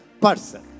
person